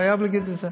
חייב להגיד את זה.